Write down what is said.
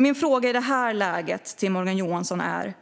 Min fråga till Morgan Johansson är: